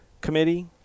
committee